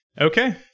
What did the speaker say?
Okay